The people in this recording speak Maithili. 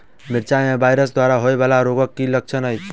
मिरचाई मे वायरस द्वारा होइ वला रोगक की लक्षण अछि?